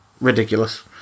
ridiculous